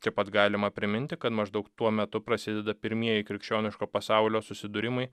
taip pat galima priminti kad maždaug tuo metu prasideda pirmieji krikščioniško pasaulio susidūrimai